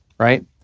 Right